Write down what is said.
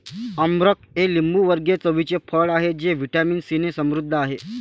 अमरख हे लिंबूवर्गीय चवीचे फळ आहे जे व्हिटॅमिन सीने समृद्ध आहे